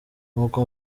nuko